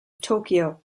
tokyo